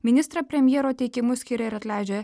ministrą premjero teikimu skiria ir atleidžia